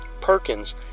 Perkins